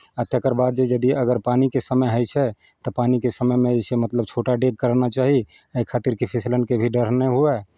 आ तकर बाद जे यदि अगर पानिके समय होइ छै तऽ पानिके समयमे जे छै मतलब छोटा डेग करना चाही एहि खातिर कि फिसलनके भी डर नहि हुअय